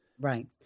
Right